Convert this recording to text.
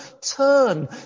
turn